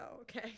okay